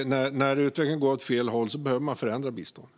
När utvecklingen går åt fel håll behöver man förändra biståndet.